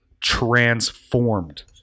transformed